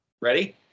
Ready